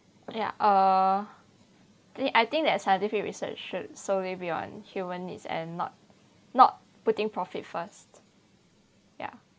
ya uh I think that scientific research should solely be on human needs and not not putting profit first ya